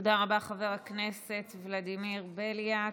תודה רבה, חבר הכנסת ולדימיר בליאק.